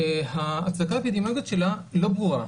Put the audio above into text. שההצדקה האפידמיולוגית שלה לא ברורה.